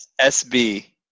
SB